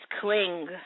cling